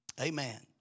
Amen